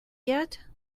yet